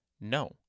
no